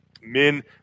Men